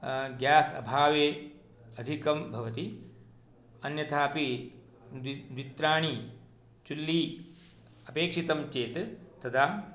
gas अभावे अधिकं भवति अन्यथा अपि द्वित्रीणि चुल्ली अपेक्षितञ्चेत् तदा